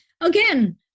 Again